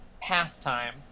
pastime